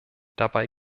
dabei